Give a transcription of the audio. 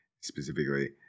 specifically